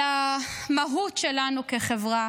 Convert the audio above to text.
על המהות שלנו כחברה,